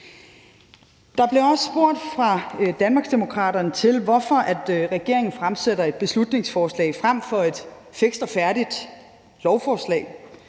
Der blev også fra Danmarksdemokraternes side spurgt til, hvorfor regeringen fremsætter et beslutningsforslag frem for et fikst og færdigt lovforslag.